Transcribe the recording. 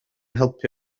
helpu